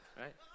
right